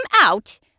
out